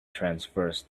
transverse